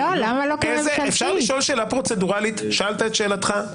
שאלת את שאלתך.